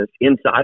inside